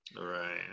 Right